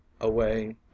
away